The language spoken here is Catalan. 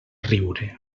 riure